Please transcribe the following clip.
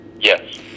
Yes